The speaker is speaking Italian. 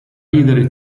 ridere